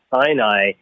Sinai